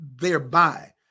thereby